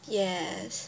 yes